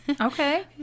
okay